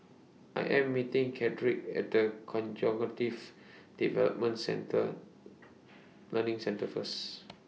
I Am meeting Chadrick At The Conjunctives Development Contre Learning Centre First